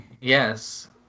Yes